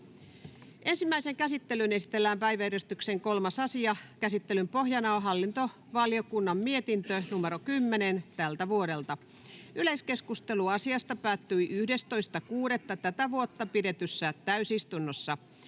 Ensimmäiseen käsittelyyn esitellään päiväjärjestyksen 3. asia. Käsittelyn pohjana on hallintovaliokunnan mietintö HaVM 10/2024 vp. Yleiskeskustelu asiasta päättyi 11.6.2024 pidetyssä täysistunnossa.